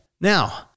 Now